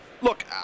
Look